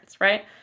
right